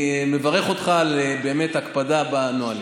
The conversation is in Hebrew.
אני מברך אותך באמת על הקפדה על הנהלים.